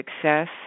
success